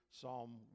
Psalm